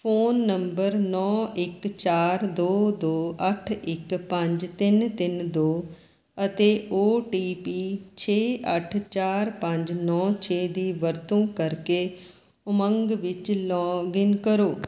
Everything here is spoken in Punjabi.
ਫ਼ੋਨ ਨੰਬਰ ਨੌ ਇੱਕ ਚਾਰ ਦੋ ਦੋ ਅੱਠ ਇੱਕ ਪੰਜ ਤਿੰਨ ਤਿੰਨ ਦੋ ਅਤੇ ਓ ਟੀ ਪੀ ਛੇ ਅੱਠ ਚਾਰ ਪੰਜ ਨੌ ਛੇ ਦੀ ਵਰਤੋਂ ਕਰਕੇ ਉਮੰਗ ਵਿੱਚ ਲੌਗਇਨ ਕਰੋ